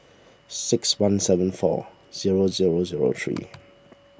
six one seven four zero zero zero three